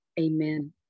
amen